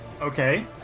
Okay